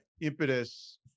impetus